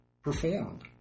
performed